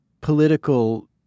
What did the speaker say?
political